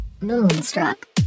Moonstruck